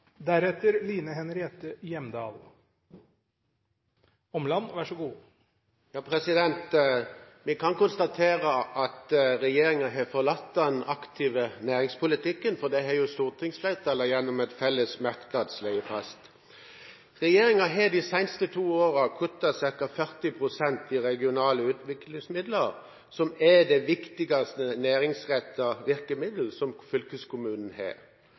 kan konstatere at regjeringen har forlatt den aktive næringspolitikken, for det har jo stortingsflertallet gjennom en felles merknad slått fast. Regjeringen har de seneste to årene kuttet ca. 40 pst. i regionale utviklingsmidler, som er det viktigste næringsrettede virkemiddelet som fylkeskommunen har.